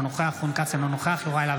אינו נוכח רון כץ,